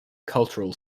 cultural